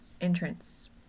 entrance